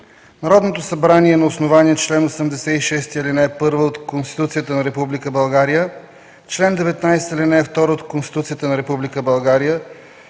Народното събрание на основание чл. 86, ал. 1 от Конституцията на Република България, чл. 19, ал. 2 от Конституцията на Република България,